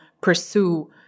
pursue